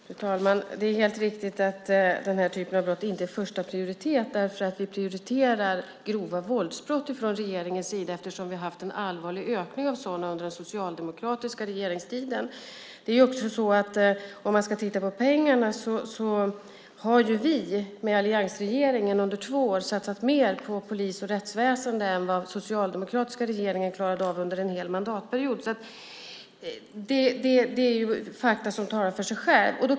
Fru talman! Det är helt riktigt att den här typen av brott inte är första prioritet. Vi prioriterar grova våldsbrott från regeringens sida, eftersom vi har haft en allvarlig ökning av sådana under den socialdemokratiska regeringstiden. Om man ska titta på pengarna har vi med alliansregeringen under två år satsat mer på polis och rättsväsen än vad den socialdemokratiska regeringen klarade av under en hel mandatperiod. Det är ett faktum som talar för sig självt.